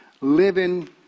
living